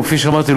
כפי שאמרתי,